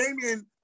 Damien